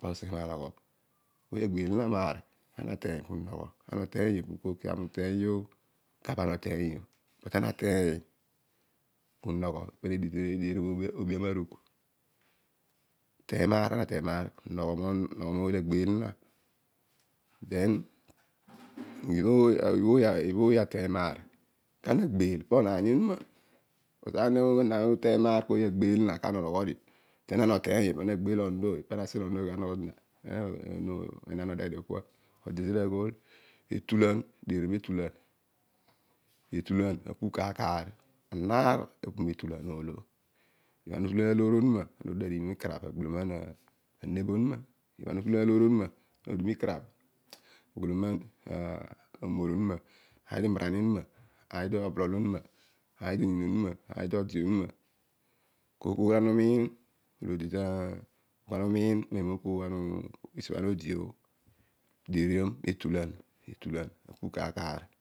Asa nanogho. oiy agbeel zina maar ana ateiy pa nogho. ana oteiyio pu kol ami uteiyio. Ana ateiy pu nogho ne deernon oobi amarugh. Teiy maar ana teiy maar. nogho moiy la gbeel zina then ibho ooy ateny maar ana agbeel po onogho ami onuma but ana uteiy maar ana onogho dio but isha ana oteiyio pana gbeel onon ooy ana expect lo oiy o ka rogho zina enaan odoghe dio kua. Etulan apu kaar kaar. ibhana utulan ana onuedio adighi mi karabh agboloman aneighboronuma umor unima either umaran onuma. either ode onuma. kooy kooy olo ana omiin kooy kooy lo ana umiin tesio bho ana odio deeriom etulan. etulan apu kaar kaar